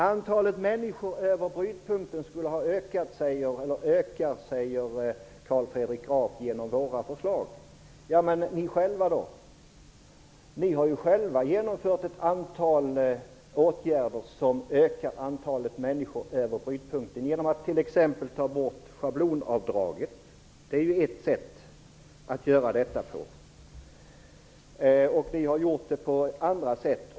Antalet människor som befinner sig över brytpunkten ökar genom våra förslag, säger Carl Fredrik Graf. Ja, men ni själva då? Ni har ju genomfört ett antal åtgärder som ökar antalet människor över brytpunkten. Ni har t.ex. tagit bort schablonavdraget. Det är ju ett sätt att öka antalet, och ni har gjort det även på andra sätt.